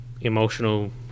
emotional